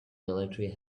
military